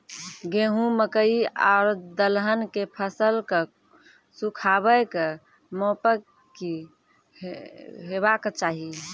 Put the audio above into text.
गेहूँ, मकई आर दलहन के फसलक सुखाबैक मापक की हेवाक चाही?